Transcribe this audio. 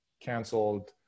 canceled